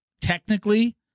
technically